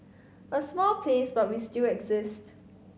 a small place but we still exist